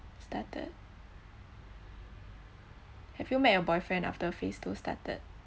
started have you met your boyfriend after phase two started